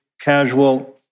casual